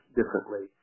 differently